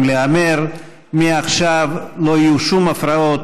להיאמר: מעכשיו לא יהיו שום הפרעות,